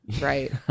right